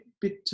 bit